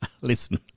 Listen